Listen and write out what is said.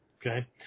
Okay